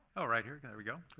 ah right. here, there we go.